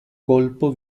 colpo